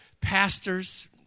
pastors